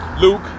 Luke